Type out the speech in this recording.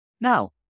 Now